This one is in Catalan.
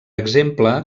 exemple